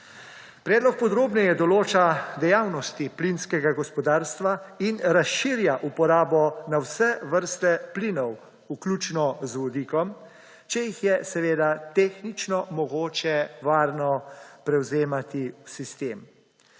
Predlog podrobneje določa dejavnosti plinskega gospodarstva in razširja uporabo na vse vrste plinov, vključno z vodikom, če jih je seveda tehnično mogoče varno prevzemati v sistem.